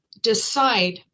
decide